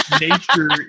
Nature